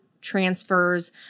transfers